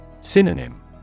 Synonym